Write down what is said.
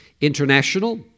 International